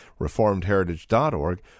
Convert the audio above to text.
reformedheritage.org